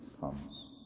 comes